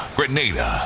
Grenada